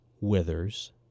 withers